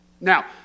Now